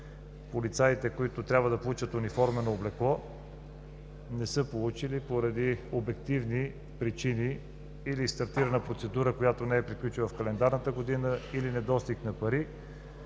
полицаите, които трябва да получат униформено облекло, не са го получили по обективни причини – или стартирана процедура, която не е приключила в календарната година, или недостиг на пари,